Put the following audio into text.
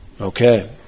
Okay